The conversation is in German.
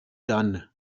dan